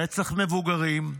רצח מבוגרים,